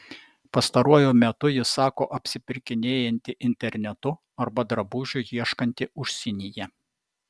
pastaruoju metu ji sako apsipirkinėjanti internetu arba drabužių ieškanti užsienyje